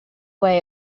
way